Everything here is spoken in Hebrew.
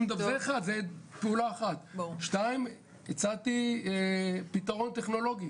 דבר נוסף, הצעתי פתרון טכנולוגי,